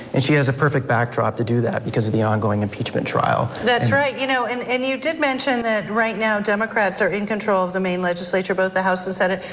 and she has a perfect backdrop to do that because of the ongoing impeachment trial. that's right and you know, and and you did mention that right now, democrats are in control of the maine legislature, both the house and senate,